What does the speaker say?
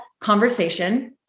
conversation